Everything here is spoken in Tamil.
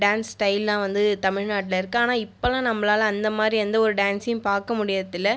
டான்ஸ் ஸ்டைல்லாம் வந்து தமிழ்நாட்டிலருக்கு ஆனால் இப்போலாம் நம்பளால் அந்த மாதிரி எந்த ஒரு டான்ஸையும் பார்க்க முடியறதில்ல